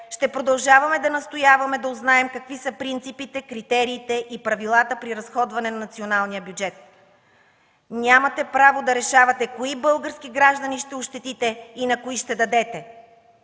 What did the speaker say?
ще продължаваме да настояваме да узнаем какви са принципите, критериите и правилата при разходване на националния бюджет. Нямате право да решавате кои български граждани ще ощетите и на кои ще дадете,